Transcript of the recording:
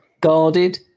guarded